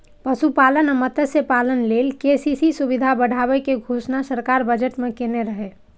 पशुपालन आ मत्स्यपालन लेल के.सी.सी सुविधा बढ़ाबै के घोषणा सरकार बजट मे केने रहै